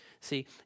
See